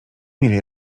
mieli